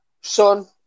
son